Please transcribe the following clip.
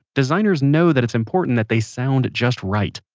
designers know that it's important that they sound just right.